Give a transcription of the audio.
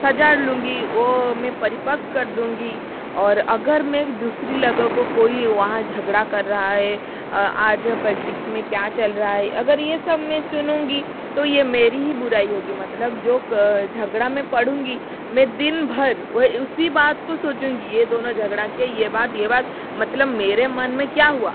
सजा लूँगी वो मैं परिपक्क कर दूँगी और अगर मैं दूसरी लोगों को कोई वहाँ झगड़ा कर रहा है आज पल्टिक्स पल्टिक्स में क्या चल रहा है अगर ये सब मे चुनूँगी तो ये मेरी ही बुराई होगी मतलब जो झगड़ा मैं पढ़ूँगी मैं दिन भर वह उसी बात को सोचूँगी ये दोनों झगड़ा किया ये बात ये बात मतलब मेरे मन में क्या हुआ